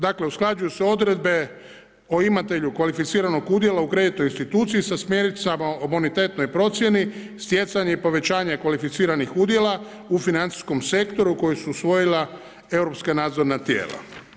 Dakle, usklađuju se odredbe o imatelju kvalificiranog udjela u kreditnoj instituciji sa smjernicama o bonitetnoj procjeni, stjecanje i povećanje kvalificiranih udjela u financijskom sektoru koji su usvojila europska nadzorna tijela.